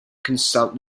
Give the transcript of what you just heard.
consult